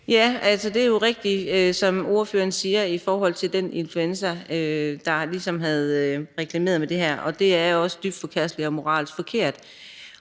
(DF): Det er jo rigtigt, som ordføreren siger, altså det med den influencer, der ligesom har reklameret med det her. Og det er også dybt forkasteligt og moralsk forkert.